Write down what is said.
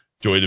Joy